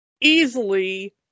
easily